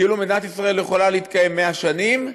כאילו מדינת ישראל יכולה להתקיים 100 שנים,